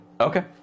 Okay